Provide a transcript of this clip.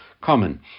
common